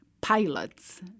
pilots